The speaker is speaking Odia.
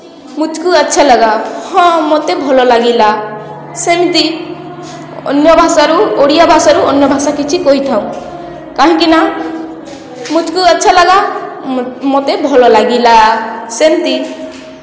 ମୁଝ୍କୋ ଆଚ୍ଛା ଲାଗା ହଁ ମୋତେ ଭଲ ଲାଗିଲା ସେମିତି ଅନ୍ୟ ଭାଷାରୁ ଓଡ଼ିଆ ଭାଷାରୁ ଅନ୍ୟ ଭାଷା କିଛି କହିଥାଉ କାହିଁକି ନା ମୁଝ୍କୋ ଆଚ୍ଛା ଲାଗା ମୋତେ ଭଲ ଲାଗିଲା ସେମତି